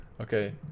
okay